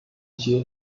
一些